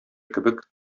кебек